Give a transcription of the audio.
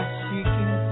seeking